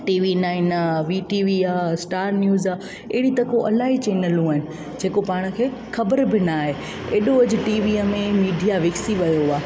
T V nine आहे V T V आहे Star News आहे अहिड़ी त को इलाही चैनलूं आहिनि जेको पाण खे ख़बर बि ना आहे हेॾो अॼु टीवीअ में मीडिया विकसी वियो आहे